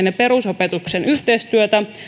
ja perusopetuksen yhteistyötä